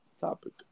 topic